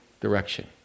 direction